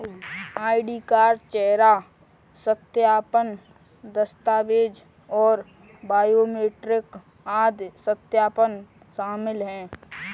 ID card, चेहरा सत्यापन, दस्तावेज़ और बायोमेट्रिक आदि सत्यापन शामिल हैं